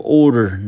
order